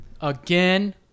Again